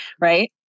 Right